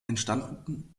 entstanden